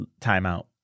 timeout